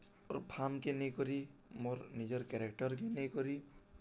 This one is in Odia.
ମୋର୍ ଫାର୍ମ୍କେ ନେଇକରି ମୋର୍ ନିଜର୍ କ୍ୟରେକ୍ଟର୍କେ ନେଇକରି